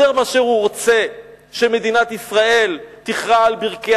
יותר מאשר הוא רוצה שמדינת ישראל תכרע על ברכיה